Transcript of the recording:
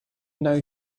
know